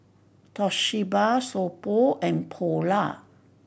Toshiba So Pho and Polar